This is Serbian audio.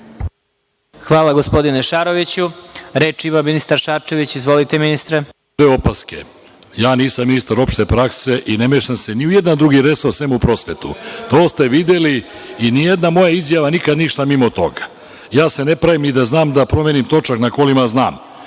Hvala gospodine Šaroviću. Reč ima ministar Šarčević. **Mladen Šarčević** Dve opaske. Ja nisam ministar opšte prakse i ne mešam se ni u jedan drugi resor sem u prosvetu. To ste videli. Nijedna moja izjava nikada nije išla mimo toga. Ja se ne pravim ni da znam da promenim točak na kolima, a znam,